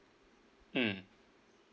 mm